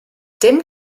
dim